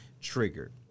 triggered